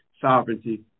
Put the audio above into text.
sovereignty